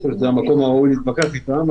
אני לא חושב שזה המקום הראוי להתווכח איתם.